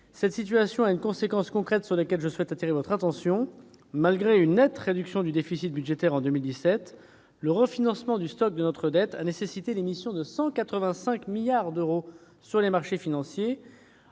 Cette situation a une conséquence concrète, sur laquelle je souhaite attirer votre attention : malgré une nette réduction du déficit budgétaire, en 2017 le refinancement du stock de notre dette a nécessité l'émission de 185 milliards d'euros de titres sur les marchés financiers,